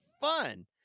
fun